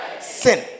Sin